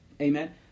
Amen